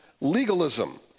legalism